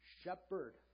shepherd